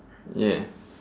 yeah